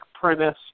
premise